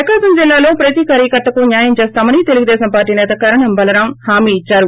ప్రకాశం జిల్లాలో ప్రతి కార్యకర్తకు న్యాయం చేస్తామని తెలుగుదేశం పార్టీ సేత కరణం బలరాం హామీ ఇద్సారు